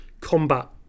combat